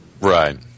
Right